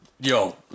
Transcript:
yo